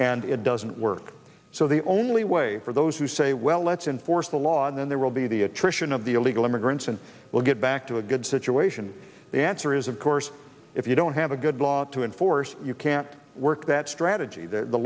and it doesn't work so the only way for those who say well let's enforce the law and then there will be the attrition of the illegal immigrants and we'll get back to a good situation the answer is of course if you don't have a good law to enforce you can't work that strategy that the